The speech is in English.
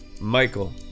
Michael